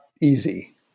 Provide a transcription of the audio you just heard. easy